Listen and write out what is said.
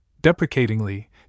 deprecatingly